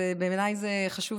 בעיניי, זה חשוב מאוד.